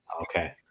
Okay